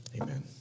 Amen